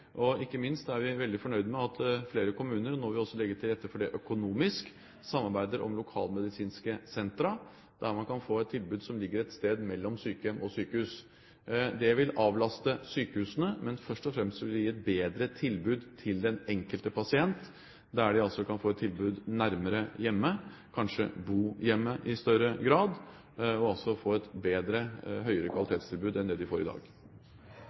Ikke minst er vi veldig fornøyd med at flere kommuner – og nå vil vi også legge til rette for det økonomisk – samarbeider om lokalmedisinske sentre, der man kan få et tilbud som ligger et sted mellom sykehjem og sykehus. Det vil avlaste sykehusene, men først og fremst vil det gi et bedre tilbud til den enkelte pasient. De kan få et tilbud nærmere hjemmet, kanskje bo hjemme i større grad, og altså få et bedre kvalitetstilbud enn det de får i dag.